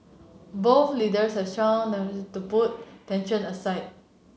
both leaders have strong domestic to put tensions aside